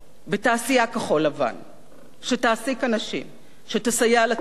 בתעשייה כחול-לבן שתעסיק אנשים, שתסייע לצמיחה.